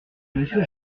monsieur